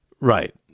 Right